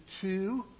two